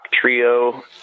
trio